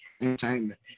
entertainment